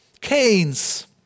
Keynes